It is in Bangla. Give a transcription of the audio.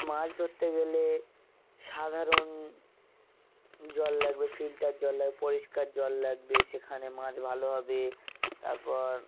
মাছ ধরতে গেলে সাধারণ জল লাগবে ফিল্টার জল লাগবে পরিষ্কার জল লাগবে সেখানে মাছ ভালো হবে তারপর